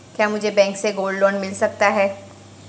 क्या मुझे बैंक से गोल्ड लोंन मिल सकता है?